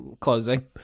closing